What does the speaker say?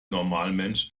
normalmensch